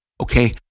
Okay